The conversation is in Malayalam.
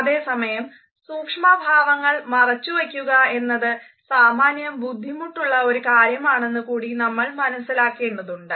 അതേ സമയം സൂക്ഷ്മഭാവങ്ങൾ മറച്ചു വയ്ക്കുക എന്നത് സാമാന്യം ബുദ്ധിമുട്ടുള്ള ഒരു കാര്യമാണെന്നു കൂടി നമ്മൾ മനസ്സിലാക്കേണ്ടതുണ്ട്